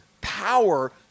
power